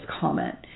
comment